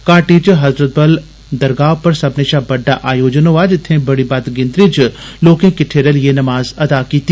घाटी च हज़रत बल दरगाह पर सब्बनें षा बड्डा आयोजन होआ जित्थे बड़ी बद्द गिनतरी च लोकें किट्टे रलिए नमाज पढ़ी